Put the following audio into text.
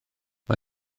mae